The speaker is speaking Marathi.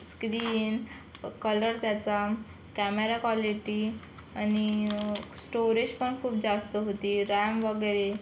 स्क्रीन कलर त्याचा कॅमेरा क्वालिटी आणि स्टोरेज पण खूप जास्त होती रॅम वगैरे